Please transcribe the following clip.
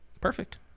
Perfect